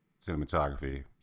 cinematography